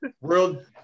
world